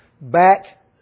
back